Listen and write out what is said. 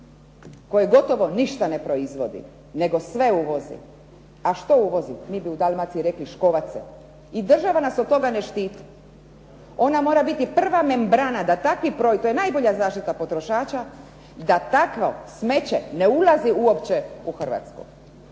koje gotovo ništa ne proizvodi, nego sve uvozi. A što uvozi? Mi bi u Dalmaciji rekli škovace. I država nas od toga ne štiti. Ona mora biti prva membrana da takvi, to je najbolja zaštita potrošača, da takvo smeće ne ulazi uopće u Hrvatsku,